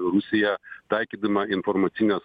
rusija taikydama informacines